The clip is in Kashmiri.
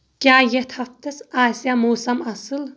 کیا یتھ ہفتس آسِیاہ موسم اصل ؟